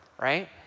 right